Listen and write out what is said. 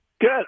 Good